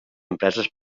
empreses